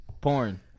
Porn